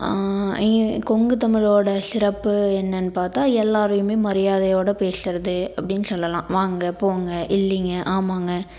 கொங்கு தமிழோடய சிறப்பு என்னனு பார்த்தா எல்லாரையுமே மரியாதையோடய பேசுகிறது அப்படின் சொல்லெலாம் வாங்க போங்க இல்லைங்க ஆமாங்க